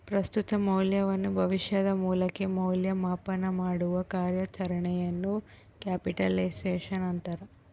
ಪ್ರಸ್ತುತ ಮೌಲ್ಯವನ್ನು ಭವಿಷ್ಯದ ಮೌಲ್ಯಕ್ಕೆ ಮೌಲ್ಯ ಮಾಪನಮಾಡುವ ಕಾರ್ಯಾಚರಣೆಯನ್ನು ಕ್ಯಾಪಿಟಲೈಸೇಶನ್ ಅಂತಾರ